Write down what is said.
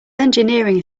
engineering